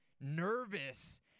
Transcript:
nervous